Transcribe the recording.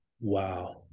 Wow